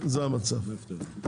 זה המצב.